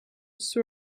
saw